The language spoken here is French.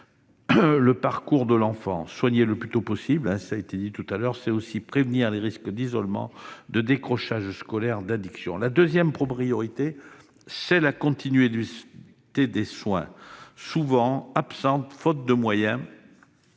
le parcours de l'enfant. Soigner le plus tôt possible, c'est aussi prévenir les risques d'isolement, de décrochage scolaire et d'addiction. La deuxième priorité, c'est la continuité des soins, souvent absente faute de moyens